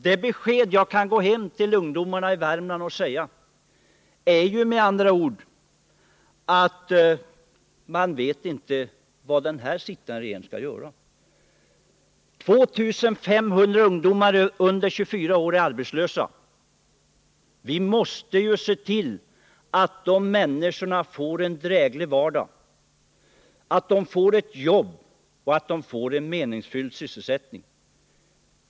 Det besked jag nu kan lämna till ungdomarna i Värmland är att man inte vet vad den nu sittande regeringen skall göra. 2 500 ungdomar under 24 år är arbetslösa. Vi måste se till att de människorna får en dräglig vardag och att de får en meningsfull sysselsättning.